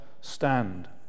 stand